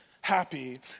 happy